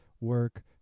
work